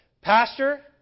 Pastor